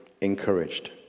encouraged